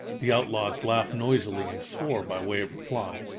the outlaws laughed noisily and swore by way of reply.